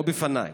לא לפניי,